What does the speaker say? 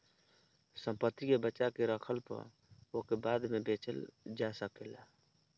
संपत्ति के बचा के रखला पअ ओके बाद में बेचल जा सकेला